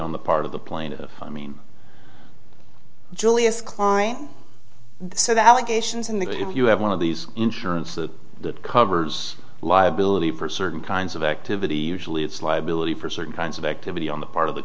on the part of the plaintiff i mean julius klein so the allegations in that if you have one of these insurance that covers liability for certain kinds of activity usually it's liability for certain kinds of activity on the part of the